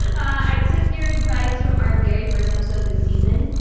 i took your advice from our very first episode this season.